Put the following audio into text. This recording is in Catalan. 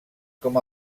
com